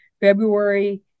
February